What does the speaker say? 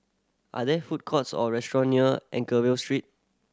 are there food courts or restaurant near Anchorvale Street